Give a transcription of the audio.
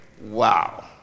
Wow